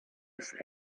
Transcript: ist